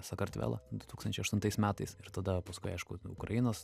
sakartvelą du tūkstančiai aštuntais metais ir tada paskui aišku ukrainos